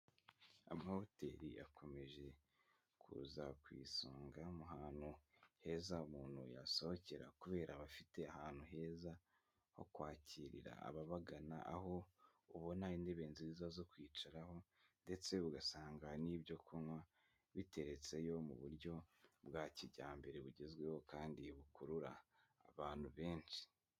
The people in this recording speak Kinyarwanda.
Ama hoteri akomeje kuza ku isonga, mu hantu heza umuntu yasohokera, kubera bafite ahantu heza ho kwakirira ababagana, aho ubona intebe nziza zo kwicaraho, ndetse ugasanga n'ibyo kunywa biteretse yo mu buryo bwa kijyambere, bugezweho, kandi bukurura abantu benshi.